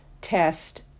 test